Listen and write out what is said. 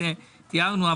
יעזור.